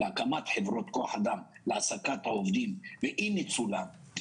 הקמת חברות כוח אדם להעסקת עובדים ואי ניצולם.